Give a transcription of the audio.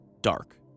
dark